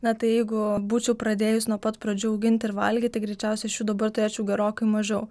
na tai jeigu būčiau pradėjus nuo pat pradžių augint ir valgyt greičiausia aš jų dabar turėčiau gerokai mažiau